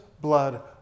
blood